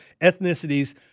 ethnicities